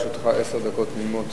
לרשותך עשר דקות תמימות.